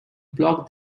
block